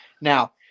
Now